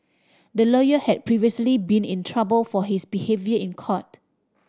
the lawyer had previously been in trouble for his behaviour in court